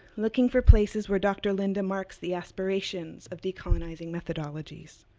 looking for places where dr. linda marks the aspirations of decolonizing methodologies.